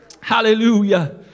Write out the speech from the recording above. Hallelujah